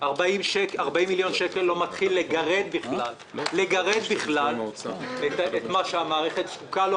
40 מיליון שקל לא מתחיל לגרד בכלל את מה שהמערכת זקוקה לו.